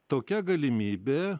tokia galimybė